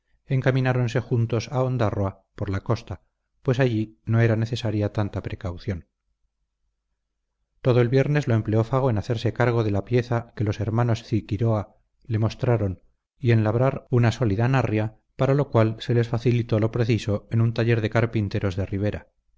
designado encamináronse juntos a ondárroa por la costa pues allí no era necesaria tanta precaución todo el viernes lo empleó fago en hacerse cargo de la pieza que los hermanos ciquiroa le mostraron y en labrar una sólida narria para lo cual se les facilitó lo preciso en un taller de carpinteros de ribera